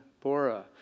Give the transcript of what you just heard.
Bora